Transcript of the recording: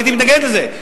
הייתי מתנגד לזה.